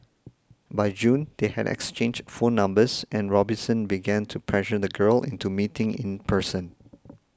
by June they had exchanged phone numbers and Robinson began to pressure the girl into meeting in person